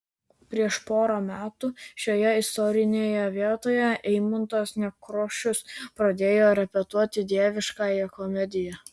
prieš porą metų šioje istorinėje vietoje eimuntas nekrošius pradėjo repetuoti dieviškąją komediją